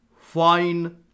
fine